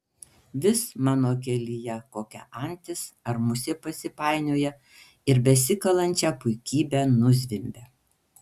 vis mano kelyje kokia antis ar musė pasipainioja ir besikalančią puikybę nuzvimbia